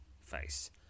face